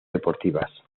deportivas